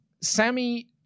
sammy